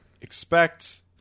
expect